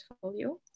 portfolio